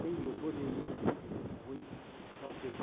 ꯑꯩ U F ꯑꯣꯁꯤ ꯎꯕ ꯌꯥꯎꯗ꯭ꯔꯤ